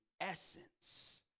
essence